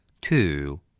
Two